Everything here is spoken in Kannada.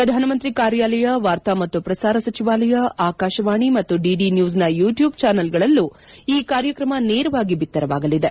ಪ್ರಧಾನ ಮಂತ್ರಿ ಕಾರ್ಯಾಲಯ ವಾರ್ತಾ ಮತ್ತು ಪ್ರಸಾರ ಸಚಿವಾಲಯ ಆಕಾಶವಾಣಿ ಮತ್ತು ಡಿಡಿ ನ್ಯೂಸ್ನ ಯುಟ್ಕೂಪ್ ಚಾನಲ್ಗಳಲ್ಲೂ ಈ ಕಾರ್ಯಕ್ರಮ ನೇರವಾಗಿ ಬಿತ್ತರವಾಗಲಿದೆ